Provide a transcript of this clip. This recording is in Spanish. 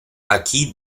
aquí